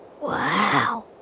Wow